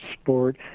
sport